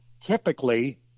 typically